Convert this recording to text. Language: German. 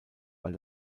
weil